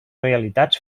realitats